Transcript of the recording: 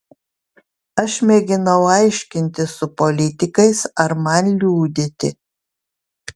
aš mėginau aiškintis su politikais ar man liudyti